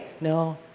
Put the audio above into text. No